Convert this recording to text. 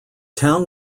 town